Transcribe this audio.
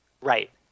Right